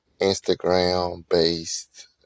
Instagram-based